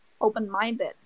open-minded